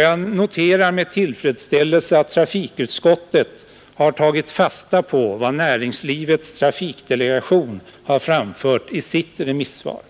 Jag noterar med tillfredsställelse att trafikutskottet tagit fasta på vad näringslivets trafikdelegation har framfört i sitt remissvar.